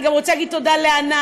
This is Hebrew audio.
אני גם רוצה לומר תודה לענת,